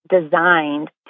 designed